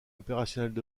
opérationnelle